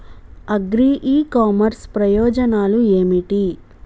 Agri e commerce ప్రయోజనాలు ఏమిటి?